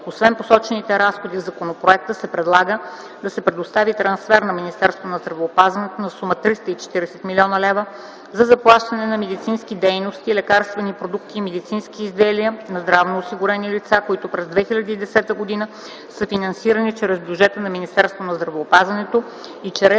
Освен посочените разходи, в законопроекта се предлага да се предостави трансфер на Министерството на здравеопазването на сума 340 млн. лв. за заплащане на медицински дейности, лекарствени продукти и медицински изделия за здравноосигурени лица, които през 2010 г. са финансирани чрез бюджета на Министерството на здравеопазването и чрез